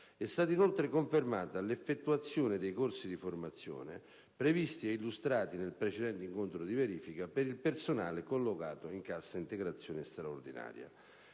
è stata, inoltre, confermata l'effettuazione dei corsi di formazione, previsti e illustrati nel precedente incontro di verifica, per il personale collocato in cassa integrazione straordinaria.